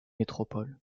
métropole